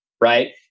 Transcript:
right